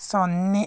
ಸೊನ್ನೆ